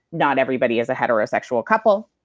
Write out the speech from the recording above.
not everybody is a heterosexual couple.